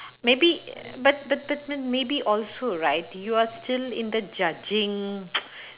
maybe but but but but maybe also right you are still in the judging